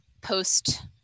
post